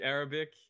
Arabic